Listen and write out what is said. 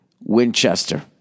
Winchester